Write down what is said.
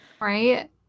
Right